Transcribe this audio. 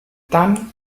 dann